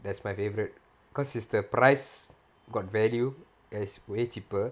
that's my favourite because it's the price got value and it's way cheaper